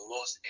Los